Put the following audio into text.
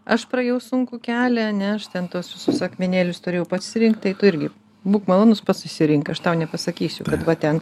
aš praėjau sunkų kelią ane aš ten tuos visus akmenėlius turėjau pats rinkt tai tu irgi būk malonus pats susirink aš tau nepasakysiu kad va ten